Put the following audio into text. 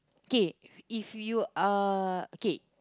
kay if you are okay